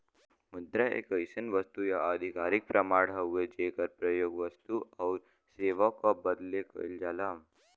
मुद्रा एक अइसन वस्तु या आधिकारिक प्रमाण हउवे जेकर प्रयोग वस्तु आउर सेवा क बदले कइल जाला